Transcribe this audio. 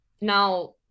Now